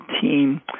team